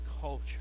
culture